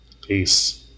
Peace